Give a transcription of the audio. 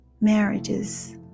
marriages